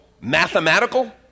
mathematical